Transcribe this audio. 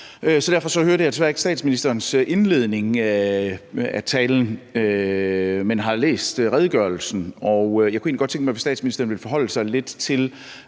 derfor hørte jeg desværre ikke statsministerens indledning af talen, men jeg har læst redegørelsen, og jeg kunne egentlig godt tænke mig, at statsministeren ville forholde sig lidt til